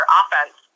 offense